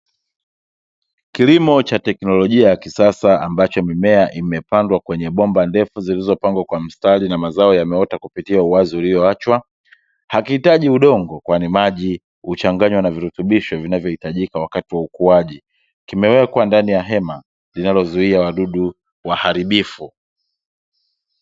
Kilimo cha teknolojia ya kisasa ambacho mimea imepandwa kwenye bomba ndefu zilizopangwa kwa mstari na mazao yameota kupitia uwazi uliyoachwa hakihitaji udongo kwani maji huchanganywa na virutubisho vinavyohitajika wakati wa ukuaji kimewekwa ndani ya hema linalozuia wadudu waharibifu.